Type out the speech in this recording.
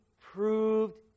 proved